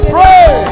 Pray